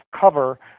cover